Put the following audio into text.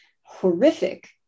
horrific